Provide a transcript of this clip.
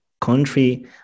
country